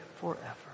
forever